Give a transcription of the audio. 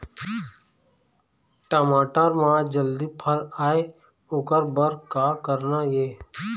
टमाटर म जल्दी फल आय ओकर बर का करना ये?